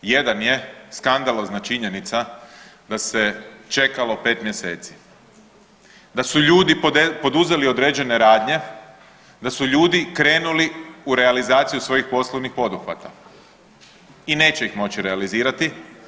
Jedan je skandalozna činjenica da se čekalo pet mjeseci, da su ljudi poduzeli određene radnje, da su ljudi krenuli u realizaciju svojih poslovnih poduhvata i neće ih moći realizirati.